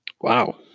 Wow